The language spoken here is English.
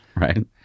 Right